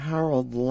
Harold